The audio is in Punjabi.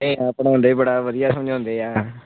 ਪੜ੍ਹਾਉਂਦੇ ਵੀ ਬੜਾ ਵਧੀਆ ਸਮਝਾਉਂਦੇ ਆ